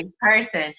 person